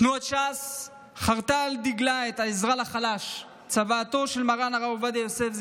תנועת ש"ס חרתה על דגלה את העזרה לחלש בצוואתו של מרן הרב עובדיה יוסף,